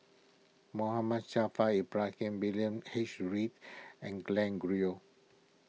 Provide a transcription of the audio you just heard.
Muhammad Ibrahim William H Read and Glen